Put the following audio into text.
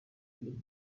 with